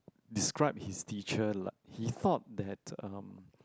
describe his teacher like he thought that um